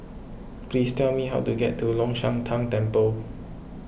please tell me how to get to Long Shan Tang Temple